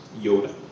Yoda